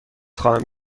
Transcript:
خواهم